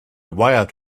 wired